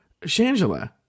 Shangela